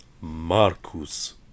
Marcus